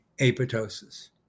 apoptosis